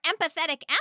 empathetic